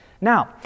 Now